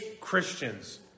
Christians